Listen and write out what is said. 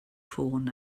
ffôn